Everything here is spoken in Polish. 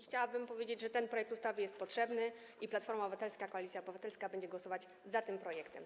Chciałabym powiedzieć, że ten projekt ustawy jest potrzebny i Platforma Obywatelska - Koalicja Obywatelska będzie głosować za tym projektem.